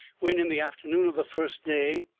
when, in the afternoon of the first day,